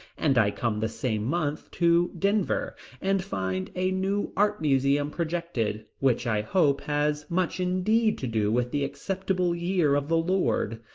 and i come the same month to denver, and find a new art museum projected, which i hope has much indeed to do with the acceptable year of the lord,